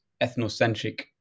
ethnocentric